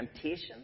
temptation